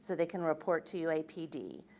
so they can report to uapd,